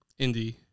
indie